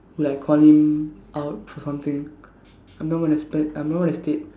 who like call him out for something I'm not going to spurt I'm not going to state